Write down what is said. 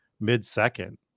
mid-second